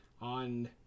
on